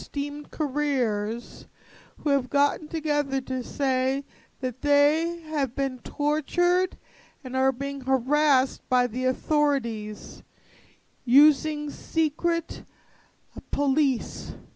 esteemed careers who have gotten together to say that they have been tortured and are being harassed by the authorities using secret police